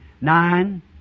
nine